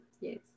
Yes